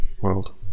world